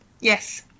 Yes